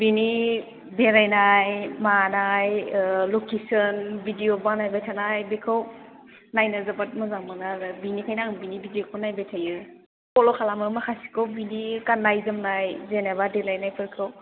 बेनि बेरायनाय मानाय लकेनसन भिडिय' बानायबाय थानाइ बेखौ नायनो जोबोर मोजां मोनो आरो बेनिखायनो आं बेनि भिडिय'खौ नायबाय थायो फल' खालामो माखासेखौ बेनि गाननाय जोमनाय जेन'बा देलायनायफोरखौ